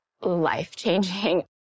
life-changing